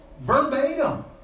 verbatim